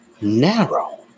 narrow